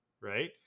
right